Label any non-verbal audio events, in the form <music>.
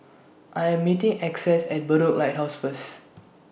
I Am meeting Essex At Bedok Lighthouse First <noise>